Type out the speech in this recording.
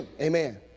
Amen